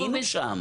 היינו שם,